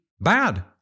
bad